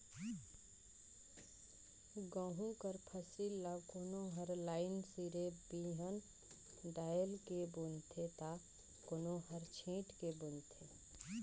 गहूँ कर फसिल ल कोनो हर लाईन सिरे बीहन डाएल के बूनथे ता कोनो हर छींट के बूनथे